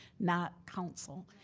not council.